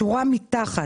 שורה מתחת,